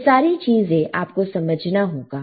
यह सारी चीजें आपको समझना होगा